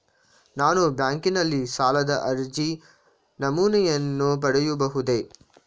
ನಾನು ಬ್ಯಾಂಕಿನಲ್ಲಿ ಸಾಲದ ಅರ್ಜಿ ನಮೂನೆಯನ್ನು ಪಡೆಯಬಹುದೇ?